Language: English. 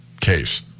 case